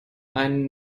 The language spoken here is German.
ein